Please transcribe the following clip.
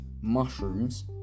mushrooms